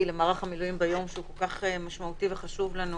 למערך המילואים ביום שהוא כל כך משמעותי וחשוב לנו,